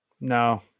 No